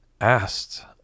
asked